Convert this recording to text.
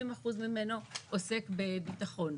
70% ממנו, עוסק בביטחון.